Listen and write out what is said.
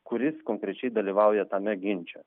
kuris konkrečiai dalyvauja tame ginče